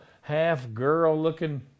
half-girl-looking